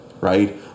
Right